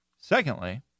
Secondly